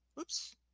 oops